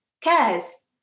cares